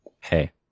Hey